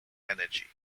energy